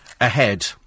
ahead